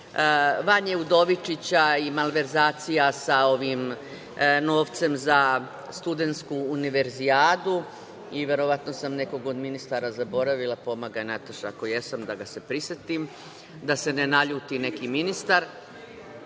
Vanje Udovičića i malverzacija sa ovim novcem za studentsku Univerzijadu i verovatno sam nekog od ministara zaboravila. Pomagaj Nataša, ako jesam, da ga se prisetim, da se ne naljuti neki ministar. Dakle,